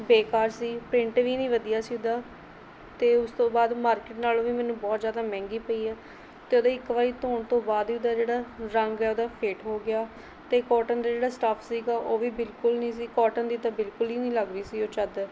ਬੇਕਾਰ ਸੀ ਪ੍ਰਿੰਟ ਵੀ ਨਹੀਂ ਵਧੀਆ ਸੀ ਉਹਦਾ ਅਤੇ ਉਸ ਤੋਂ ਬਾਅਦ ਮਾਰਕੀਟ ਨਾਲੋਂ ਵੀ ਮੈਨੂੰ ਬਹੁਤ ਜ਼ਿਆਦਾ ਮਹਿੰਗੀ ਪਈ ਆ ਅਤੇ ਉਹਦੇ ਇੱਕ ਵਾਰੀ ਧੋਣ ਤੋਂ ਬਾਅਦ ਹੀ ਉਹਦਾ ਜਿਹੜਾ ਰੰਗ ਹੈ ਉਹਦਾ ਫੇਟ ਹੋ ਗਿਆ ਅਤੇ ਕੋਟਨ ਦਾ ਜਿਹੜਾ ਸਟੱਫ ਸੀਗਾ ਉਹ ਵੀ ਬਿਲਕੁਲ ਨਹੀਂ ਸੀ ਕੋਟਨ ਦੀ ਤਾਂ ਬਿਲਕੁਲ ਹੀ ਨਹੀਂ ਲੱਗ ਰਹੀ ਸੀ ਉਹ ਚਾਦਰ